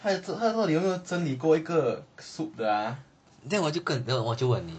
他到底有没有整理过一个 soup 的 ah